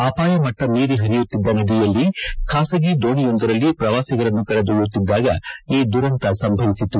ಅಪಾಯಮಟ್ನ ಮೀರಿ ಹರಿಯುತ್ತಿದ್ದ ನದಿಯಲ್ಲಿ ಖಾಸಗಿ ದೋಣಿಯೊಂದರಲ್ಲಿ ಪ್ರವಾಸಿಗರನ್ನು ಕರೆದೊಯ್ಯುತ್ತಿದ್ದಾಗ ದುರಂತ ಸಂಭವಿಸಿತು